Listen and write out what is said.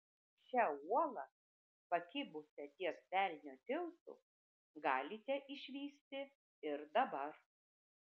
šią uolą pakibusią ties velnio tiltu galite išvysti ir dabar